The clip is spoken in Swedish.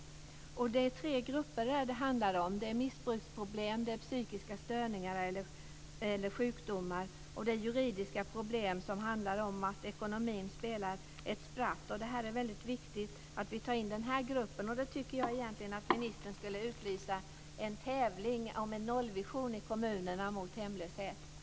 Detta handlar om tre grupper, nämligen människor med missbruksproblem, människor med psykiska störningar eller sjukdomar och människor som har juridiska problem som handlar om att ekonomin spelar ett spratt. Och det är mycket viktigt att vi tar in denna grupp. Jag tycker egentligen att ministern skulle utlysa en tävling om en nollvision mot hemlöshet i kommunerna.